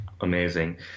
amazing